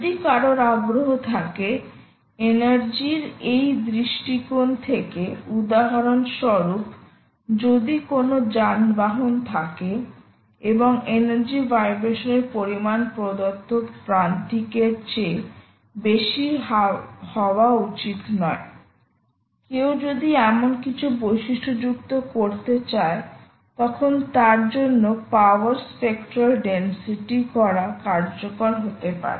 যদি কারোর আগ্রহ থাকে এনার্জি এর দৃষ্টিকোণ থেকে উদাহরণস্বরূপ যদি কোনও যানবাহন থাকে এবং এনার্জি ভাইব্রেশন এর পরিমাণ প্রদত্ত প্রান্তিকের চেয়ে বেশি হওয়া উচিত নয় কেউ যদি এমন কিছু বৈশিষ্ট্যযুক্ত করতে চায় তখন তার জন্য পাওয়ার স্পেক্ট্রাল ডেনসিটি করা কার্যকর হতে পারে